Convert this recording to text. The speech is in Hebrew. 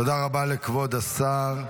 תודה רבה לכבוד השר.